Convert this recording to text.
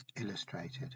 illustrated